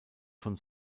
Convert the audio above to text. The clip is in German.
von